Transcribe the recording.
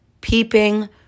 peeping